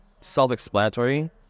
self-explanatory